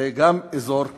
שגם זה אזור כבוש.